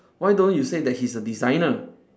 why don't you say that he's a designer